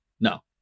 No